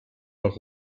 nach